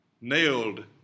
nailed